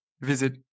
Visit